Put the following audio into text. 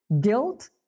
guilt